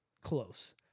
close